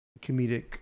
comedic